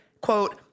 quote